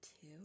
two